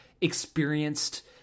experienced